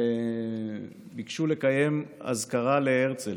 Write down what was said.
ביקשו לקיים אזכרה להרצל